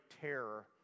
terror